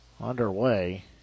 underway